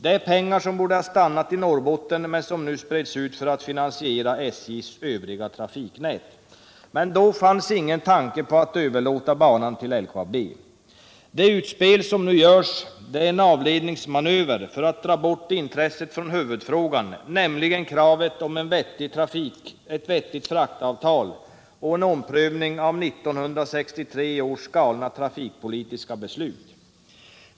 Det är pengar som borde ha stannat i Norrbotten men som nu spreds ut för att finansiera SJ:s övriga trafiknät. Men då fanns ingen tanke på att överlåta banan till LKAB. Det utspel som nu görs är en avledningsmanöver för att dra bort intresset från huvudfrågan, nämligen kravet på ett vettigt fraktavtal och en omprövning av 1963 års galna trafikpolitiska beslut.